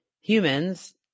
humans